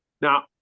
Now